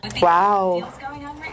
Wow